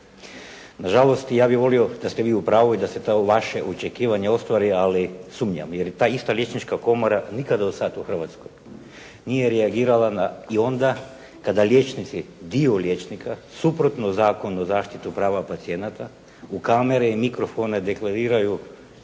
Nažalost ja bih volio da ste vi u pravu i da se to vaše očekivanje ostvari ali sumnjam jer ta ista Liječnička komora nikad do sad u Hrvatskoj nije reagirala na, i onda kada liječnici, dio liječnika suprotno Zakonu o zaštiti prava pacijenata u kamere i mikrofone deklariraju